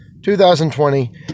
2020